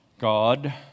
God